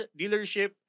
dealership